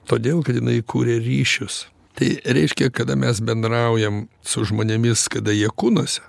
todėl kad jinai kuria ryšius tai reiškia kada mes bendraujam su žmonėmis kada jie kūnuose